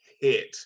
hit